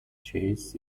chess